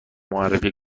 معرفی